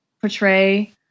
portray